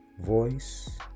voice